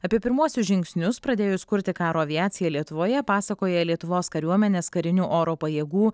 apie pirmuosius žingsnius pradėjus kurti karo aviaciją lietuvoje pasakoja lietuvos kariuomenės karinių oro pajėgų